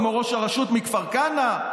כמו ראש הרשות מכפר כנא,